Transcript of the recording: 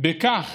בכך